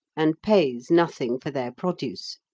and pays nothing for their produce.